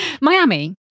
Miami